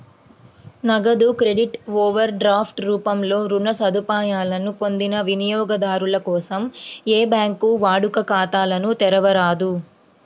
నగదు credit, overdraft రూపంలో రుణ సదుపాయాలను పొందిన వినియోగదారుల కోసం ఏ బ్యాంకూ వాడుక ఖాతాలను తెరవరాదు